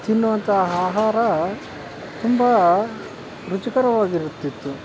ತಿನ್ನುವಂತಥ ಆಹಾರ ತುಂಬ ರುಚಿಕರವಾಗಿರುತ್ತಿತ್ತು